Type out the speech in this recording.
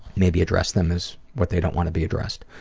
maybe address them as what they don't want to be addressed.